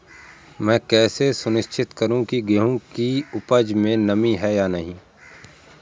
मैं कैसे सुनिश्चित करूँ की गेहूँ की उपज में नमी है या नहीं?